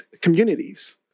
communities